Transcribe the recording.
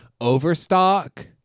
overstock